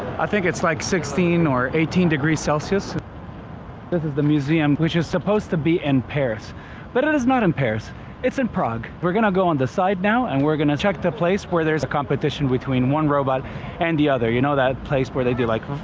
i think it's like sixteen or eighteen degrees celsius this is the museum which is supposed to be in paris but it is not in paris it's in prague we're gonna go on the side now and we're gonna check the place where there's a competition between one robot and the other you know that place where they do like